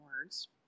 words